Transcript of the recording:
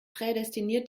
prädestiniert